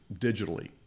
digitally